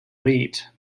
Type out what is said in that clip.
lead